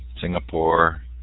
Singapore